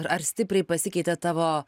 ar stipriai pasikeitė tavo